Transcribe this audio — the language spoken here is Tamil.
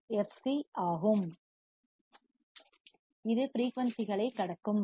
சி fc ஆகும் இது ஃபிரீயூன்சிகளைக் கடக்கும்